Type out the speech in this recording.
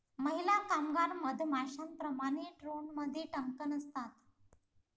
महिला कामगार मधमाश्यांप्रमाणे, ड्रोनमध्ये डंक नसतात